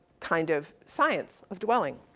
kind of science of dwelling.